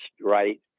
right